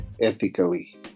ethically